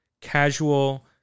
casual